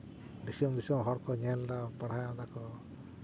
ᱫᱤᱥᱚᱢ ᱫᱤᱥᱚᱢ ᱦᱚᱲ ᱠᱚ ᱧᱮᱞ ᱫᱟ ᱯᱟᱲᱦᱟᱣ ᱫᱟᱠᱚ